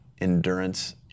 endurance